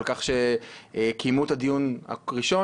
על כך שקיימו את הדיון הראשון,